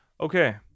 Okay